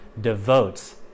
devotes